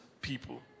people